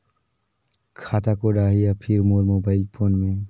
खाता कोड आही या फिर मोर मोबाइल फोन मे?